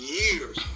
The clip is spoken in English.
years